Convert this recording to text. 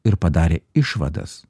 ir padarė išvadas